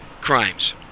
crimes